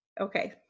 Okay